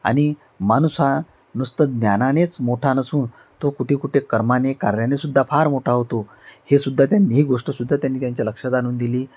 आणि माणूस हा नुसतं ज्ञानानेच मोठा नसून तो कुठे कुठे कर्माने कार्याने सुद्धा फार मोठा होतो हे सुद्धा त्यां ही गोष्ट सुद्धा त्यांनी त्यांच्या लक्षात आणून दिली